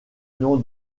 nom